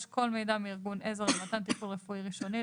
כל מידע מארגון עזר למתן טיפול רפואי ראשוני,